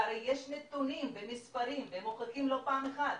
והרי יש נתונים ומספרים והם מוחקים לא פעם אחת,